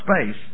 space